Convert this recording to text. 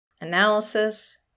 analysis